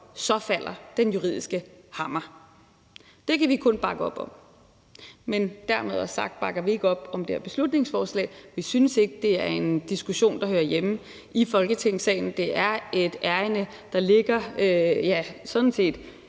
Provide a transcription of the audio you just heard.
så falder den juridiske hammer. Det kan vi kun bakke op om. Men dermed er det også sagt, at vi ikke bakker op om det her beslutningsforslag. Vi synes ikke, det er en diskussion, der hører hjemme i Folketingssalen. Det er et ærinde, der sådan set